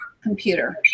computer